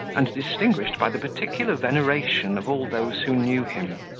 and distinguished by the particular veneration of all those who knew him.